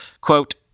quote